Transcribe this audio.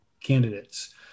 candidates